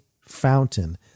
fountain